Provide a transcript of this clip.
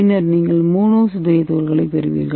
பின்னர் நீங்கள் மோனோ சிதறிய துகள்களைப் பெறுவீர்கள்